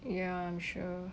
ya I'm sure